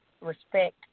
respect